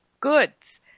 goods